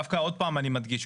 דווקא עוד פעם אני מדגיש,